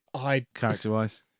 character-wise